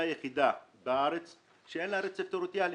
היחידה בארץ שאין לה רצף טריטוריאלי.